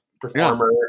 performer